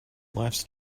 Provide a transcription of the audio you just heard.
lifes